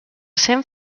cent